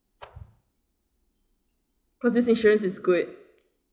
cause this insurance is good